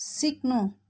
सिक्नु